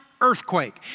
earthquake